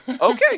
Okay